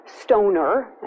stoner